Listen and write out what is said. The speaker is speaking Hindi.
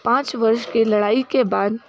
पाँच वर्ष की लड़ाई के बाद